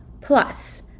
plus